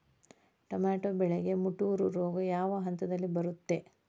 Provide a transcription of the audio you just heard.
Tomato ಬೆಳೆಗೆ ಮುಟೂರು ರೋಗ ಯಾವ ಹಂತದಲ್ಲಿ ಬರುತ್ತೆ?